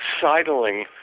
sidling